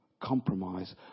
compromise